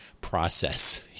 process